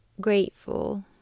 grateful